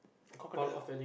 crocodile